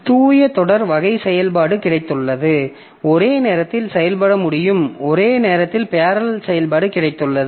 தூய தொடர் வகை செயல்பாடு கிடைத்துள்ளது ஒரே நேரத்தில் செயல்பட முடியும் ஒரே நேரத்தில் பேரலல் செயல்பாடு கிடைத்துள்ளது